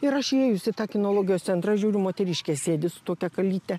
ir aš įėjus į tą kinologijos centrą žiūriu moteriškė sėdi su tokia kalyte